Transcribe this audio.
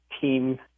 Team